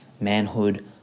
manhood